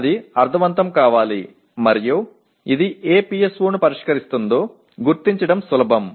అది అర్ధవంతం కావాలి మరియు ఇది ఏ PSOను పరిష్కరిస్తుందో గుర్తించడం సులభం